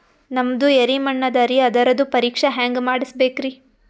ನಮ್ದು ಎರಿ ಮಣ್ಣದರಿ, ಅದರದು ಪರೀಕ್ಷಾ ಹ್ಯಾಂಗ್ ಮಾಡಿಸ್ಬೇಕ್ರಿ?